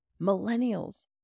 Millennials